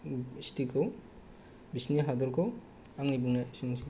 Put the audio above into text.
सिटिखौ बिसोरनि हादोरखौ आंनि बुंनाया एसेनोसै